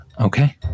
Okay